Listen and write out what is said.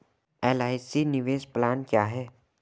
LIC निवेश plan क्या है?